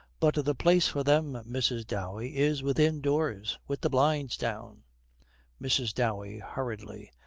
but the place for them, mrs. dowey, is within doors with the blinds down mrs. dowey, hurriedly,